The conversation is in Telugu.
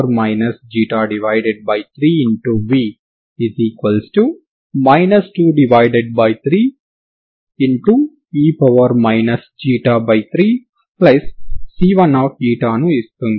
v 23e 3C1 ను ఇస్తుంది